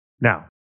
Now